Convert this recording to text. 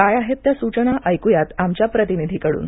काय आहेत त्या सूचना ऐकुया आमच्या प्रतिनिधीकडून